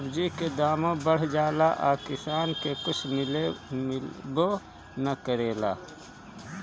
सब्जी के दामो बढ़ जाला आ किसान के कुछ मिलबो ना करेला